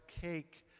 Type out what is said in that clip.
cake